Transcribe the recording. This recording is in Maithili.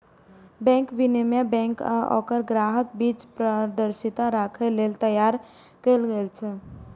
बैंक विनियमन बैंक आ ओकर ग्राहकक बीच पारदर्शिता राखै लेल तैयार कैल गेल छै